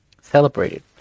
celebrated